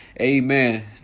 amen